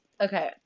Okay